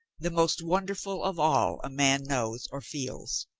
the most wonderful of all a man knows or feels.